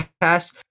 Pass